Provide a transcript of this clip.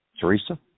Teresa